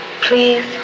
please